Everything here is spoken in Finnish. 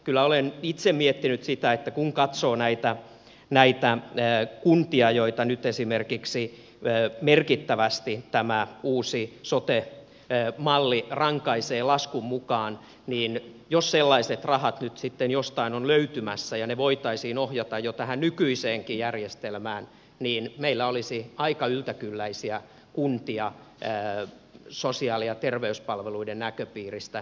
kyllä olen itse miettinyt sitä kun katsoo näitä kuntia joita nyt esimerkiksi merkittävästi tämä uusi sote malli rankaisee laskun mukaan että jos sellaiset rahat nyt sitten jostain ovat löytymässä ja ne voitaisiin ohjata jo tähän nykyiseenkin järjestelmään niin meillä olisi aika yltäkylläisiä kuntia sosiaali ja terveyspalveluiden näköpiiristä